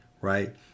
right